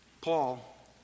Paul